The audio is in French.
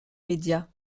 médias